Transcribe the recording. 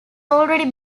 already